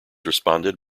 responded